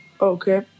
Okay